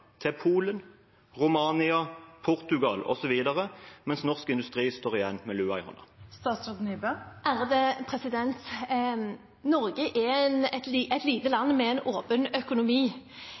til Polen, Romania, Portugal osv., mens norsk industri står igjen med lua i hånden? Norge er et lite land med en åpen økonomi.